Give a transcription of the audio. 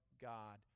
God